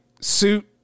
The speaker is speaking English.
suit